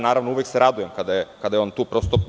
Naravno, uvek se radujem kada je on tu.